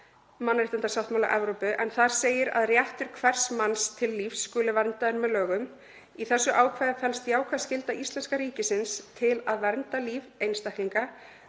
mannréttindasáttmála Evrópu, en þar segir að réttur hvers manns til lífs skuli verndaður með lögum. Í þessu ákvæði felst jákvæð skylda íslenska ríkisins til að vernda líf einstaklinga.